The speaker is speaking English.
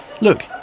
Look